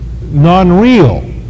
non-real